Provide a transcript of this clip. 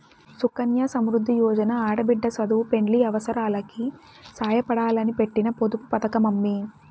సుకన్య సమృద్ది యోజన ఆడబిడ్డ సదువు, పెండ్లి అవసారాలకి సాయపడాలని పెట్టిన పొదుపు పతకమమ్మీ